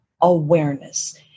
awareness